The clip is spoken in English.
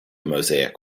mosaic